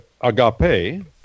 agape